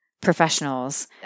professionals